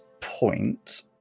point